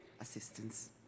assistance